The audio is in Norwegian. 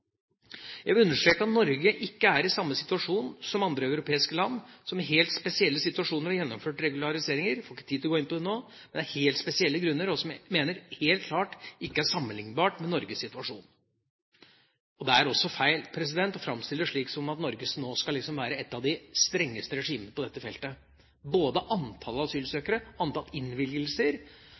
Jeg vil understreke at Norge ikke er i samme situasjon som andre europeiske land som i helt spesielle situasjoner har gjennomført regulariseringer. Jeg får ikke tid til å gå inn på det nå, men det er helt spesielle grunner og som jeg mener helt klart ikke er sammenlignbart med Norges situasjon. Det er også feil å framstille det som at Norge nå liksom skal være et av de strengeste regimene på dette feltet. Både antall asylsøkere, antall innvilgelser